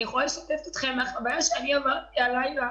אני יכולה לשתף אתכם מהחוויה שעברתי הלילה.